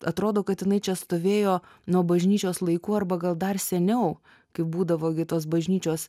atrodo kad jinai čia stovėjo nuo bažnyčios laikų arba gal dar seniau kai būdavo kai tos bažnyčios